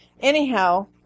Anyhow